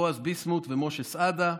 בועז ביסמוט ומשה סעדה,